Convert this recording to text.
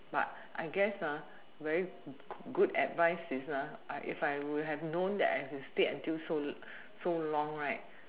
but I guess very good advice is I if I would have known that I'll have to stay until so so long right